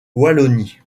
wallonie